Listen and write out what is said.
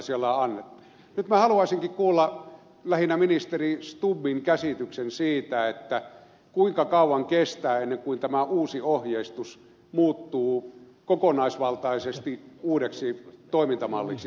nyt minä haluaisinkin kuulla lähinnä ministeri stubbin käsityksen siitä kuinka kauan kestää ennen kuin tämä uusi ohjeistus muuttuu kokonaisvaltaisesti uudeksi toimintamalliksi afganistanissa